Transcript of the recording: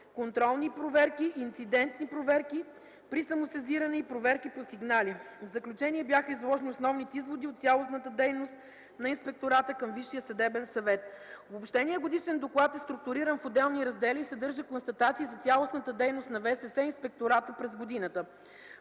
контролни проверки, инцидентни проверки при самосезиране и проверки по сигнали. В заключение бяха изложени основните изводи от цялостната дейност на Инспектората към Висшия съдебен съвет. Обобщеният годишен доклад е структуриран в отделни раздели и съдържа констатации за цялостната дейността на Висшия съдебен съвет и Инспектората през годината.